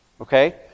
Okay